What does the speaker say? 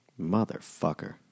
Motherfucker